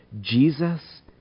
Jesus